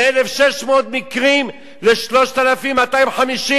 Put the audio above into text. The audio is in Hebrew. מ-1,600 מקרים ל-3,250.